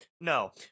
No